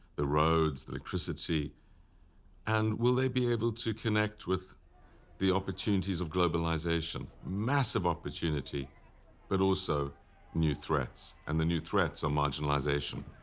the roads, the electricity and will they be able to connect with the opportunities of globalization, massive opportunity but also new threats and the new threats are marginalization.